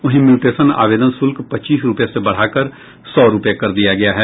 वहीं म्यूटेशन आवेदन शुल्क पच्चीस रूपये से बढ़ाकर सौ रूपये कर दिया गया है